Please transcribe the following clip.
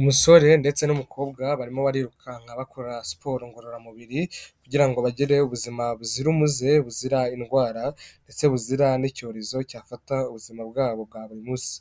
Umusore ndetse n'umukobwa barimo barirukanka bakora siporo ngororamubiri, kugira ngo bagire ubuzima buzira umuze, buzira indwara ndetse buzira n'icyorezo cyafata ubuzima bwabo bwa buri munsi.